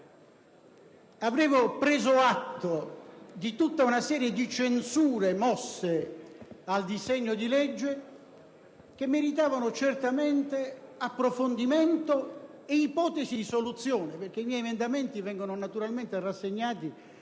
e ho preso atto di tutta una serie di censure mosse al disegno di legge che meritavano certamente approfondimento e ipotesi di soluzione, perché i miei emendamenti vengono naturalmente rassegnati